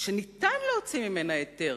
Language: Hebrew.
שניתן להוציא ממנה היתר.